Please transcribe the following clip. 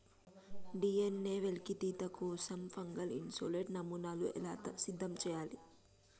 DNA వెలికితీత కోసం fungal isolate నమూనాను ఎలా సిద్ధం చెయ్యాలి?